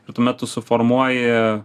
ir tuomet tu suformuoji